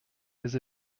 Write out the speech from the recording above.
les